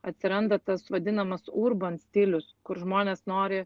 atsiranda tas vadinamas urban stilius kur žmonės nori